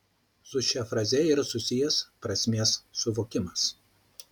su šia faze yra susijęs prasmės suvokimas